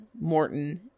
Morton